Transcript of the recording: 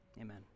Amen